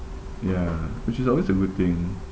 ya which is always a good thing